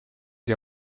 les